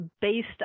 based